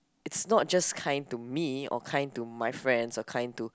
it's not just kind to me or kind to my friends or kind to